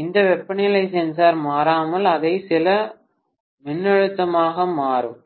அந்த வெப்பநிலை சென்சார் மாறாமல் அதை சில மின்னழுத்தமாக மாற்றும்